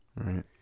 Right